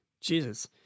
Jesus